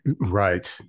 right